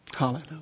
Hallelujah